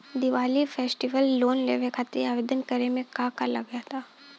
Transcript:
Diwali festival loan लेवे खातिर आवेदन करे म का का लगा तऽ?